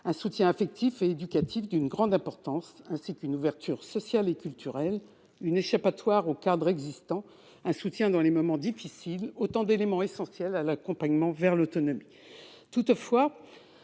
un soutien affectif et éducatif d'une grande importance, ainsi qu'une ouverture sociale et culturelle, une échappatoire au cadre existant, un soutien dans les moments difficiles, autant d'éléments essentiels à l'accompagnement vers l'autonomie. Toutefois,